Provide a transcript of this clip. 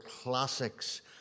classics